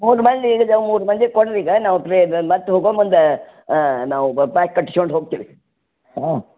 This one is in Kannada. ಮೂರು ಮಂದಿ ಇದ್ದೀವಿ ಮೂರು ಮಂದಿಗೆ ಕೊಡಿರಿ ಈಗ ನಾವು ಪ್ಲೆ ಮತ್ತೆ ಹೋಗೋ ಮುಂದೆ ದೊಡ ಪ್ಯಾಕ್ ಕಟ್ಸ್ಕಂಡು ಹೋಗ್ತೀರೀ ಹಾಂ